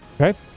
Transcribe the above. Okay